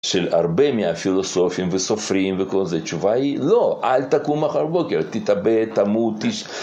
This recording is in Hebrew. של הרבה מהפילוסופים וסופרים וכל זה תשובה היא לא, אל תקום אחר בוקר תתאבד, תמות, תש...